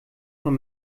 von